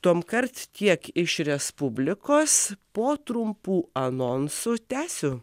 tuom kart tiek iš respublikos po trumpų anonsų tęsiu